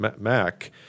Mac –